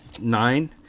nine